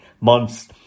months